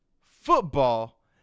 football